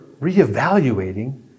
reevaluating